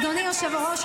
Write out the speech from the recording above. אז אדוני היושב-ראש,